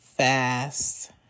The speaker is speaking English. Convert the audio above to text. fast